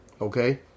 Okay